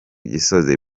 gisozi